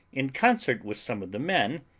in concert with some of the men,